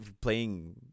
playing